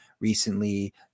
recently